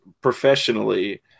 professionally